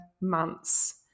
months